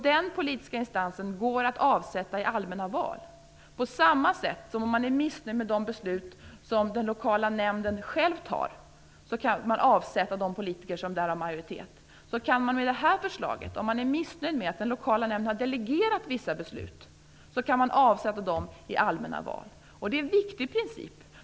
Den politiska instansen går det att avsätta i allmänna val. På samma sätt som man, om man är missnöjd med beslut som den lokala nämnden själv fattar, kan avsätta de politiker som där har majoritet, kan man med det här förslaget, om man är missnöjd med att den lokala nämnden delegerat vissa beslut, avsätta de personerna i allmänna val. Det är en viktig princip.